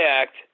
act